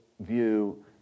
view